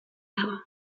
dago